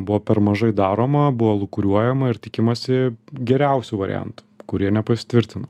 buvo per mažai daroma buvo lūkuriuojama ir tikimasi geriausių variantų kurie nepasitvirtino